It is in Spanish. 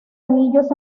anillos